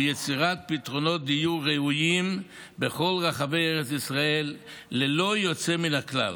יצירת פתרונות דיור ראויים בכל רחבי ארץ ישראל ללא יוצא מן הכלל,